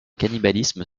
cannibalisme